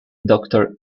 doctor